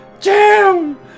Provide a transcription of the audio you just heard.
Jam